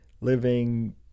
living